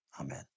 Amen